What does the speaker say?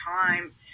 time